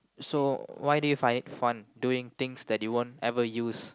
so why do you find it fun doing things that you won't ever use